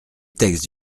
texte